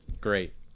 Great